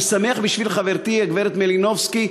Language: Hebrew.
אני שמח בשביל חברתי הגברת מלינובסקי,